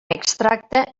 extracte